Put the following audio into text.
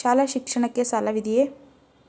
ಶಾಲಾ ಶಿಕ್ಷಣಕ್ಕೆ ಸಾಲವಿದೆಯೇ?